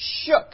shook